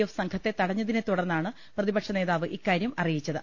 F സംഘത്തെ തട ഞ്ഞതിനെതുടർന്നാണ് പ്രതിപക്ഷനേതാവ് ഇക്കാര്യം അറിയിച്ചത്